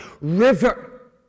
River